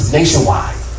Nationwide